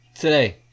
Today